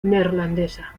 neerlandesa